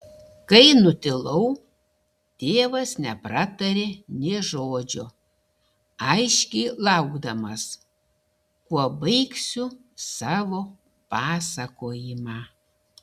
kai nutilau tėvas nepratarė nė žodžio aiškiai laukdamas kuo baigsiu savo pasakojimą